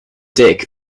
dick